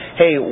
hey